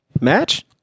match